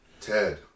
Ted